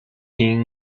jin